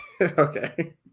Okay